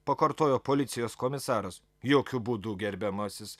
pakartojo policijos komisaras jokiu būdu gerbiamasis